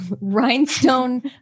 rhinestone